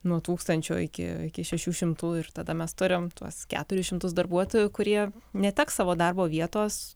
nuo tūkstančio iki iki šešių šimtų ir tada mes turim tuos keturis šimtus darbuotojų kurie neteks savo darbo vietos